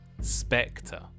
spectre